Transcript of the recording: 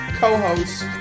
co-host